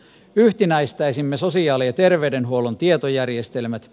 yhtenäistäisimme sosiaali ja terveydenhuollon tietojärjestelmät